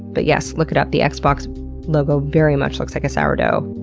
but yes, look it up, the xbox logo very much looks like a sourdough.